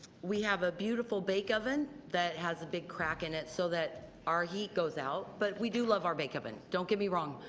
we have a beautiful bake oven that has a big crack in it so that our heat goes out. but we do love our bake oven. don't get me wrong.